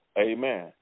amen